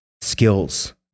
skills